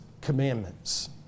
commandments